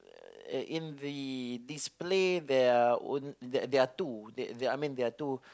uh in the display there are on~ there are two there are I mean there are two